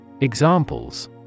Examples